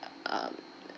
uh